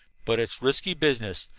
but it's risky business.